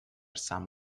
some